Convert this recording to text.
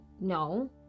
no